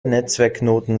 netzwerkknoten